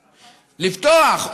לפתוח,